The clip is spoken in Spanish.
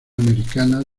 americana